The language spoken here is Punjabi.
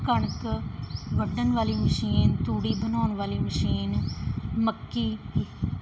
ਕਣਕ ਵੱਢਣ ਵਾਲੀ ਮਸ਼ੀਨ ਤੂੜੀ ਬਣਾਉਣ ਵਾਲੀ ਮਸ਼ੀਨ ਮੱਕੀ